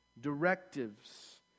directives